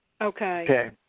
Okay